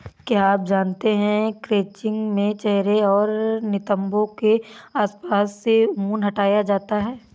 क्या आप जानते है क्रचिंग में चेहरे और नितंबो के आसपास से ऊन हटाया जाता है